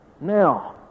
Now